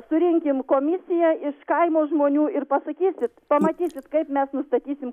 surenkim komisiją iš kaimo žmonių ir pasakysit pamatysit kaip mes nustatysim